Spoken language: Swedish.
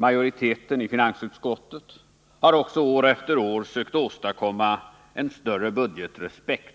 Majoriteten i finansutskottet har också år efter år sökt åstadkomma en större budgetrespekt